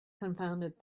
confounded